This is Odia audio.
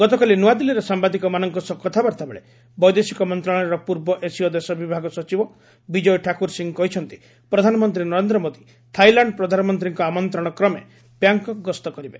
ଗତକାଲି ନୂଆଦିଲ୍ଲୀରେ ସାମ୍ବାଦିକମାନଙ୍କ ସହ କଥାବାର୍ତ୍ତା ବେଳେ ବୈଦେଶିକ ମନ୍ତ୍ରଶାଳୟର ପୂର୍ବ ଏସୀୟ ଦେଶ ବିଭାଗ ସଚିବ ବିଜୟ ଠାକୁର ସିଂହ କହିଛନ୍ତି ପ୍ରଧାନମନ୍ତ୍ରୀ ନରେନ୍ଦ୍ର ମୋଦୀ ଥାଇଲାଣ୍ଡ ପ୍ରଧାନମନ୍ତ୍ରୀଙ୍କ ଆମନ୍ତ୍ରଣ କ୍ରମେ ବ୍ୟାଙ୍ଗ୍କକ୍ ଗସ୍ତ କରିବେ